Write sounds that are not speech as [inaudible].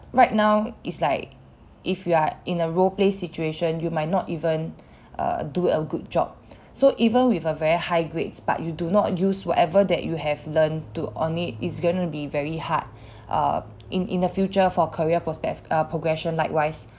right now it's like if you are in a role play situation you might not even err do a good job so even with a very high grades but you do not use whatever that you have learnt to only it's gonna be very hard [breath] err in in the future for career prospect uh progression likewise